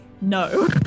No